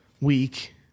week